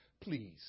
please